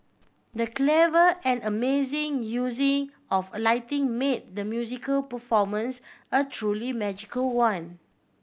the clever and amazing using of a lighting made the musical performance a truly magical one